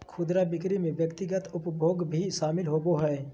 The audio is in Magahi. खुदरा बिक्री में व्यक्तिगत उपभोग भी शामिल होबा हइ